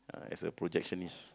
uh as a projectionist